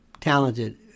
talented